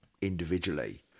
individually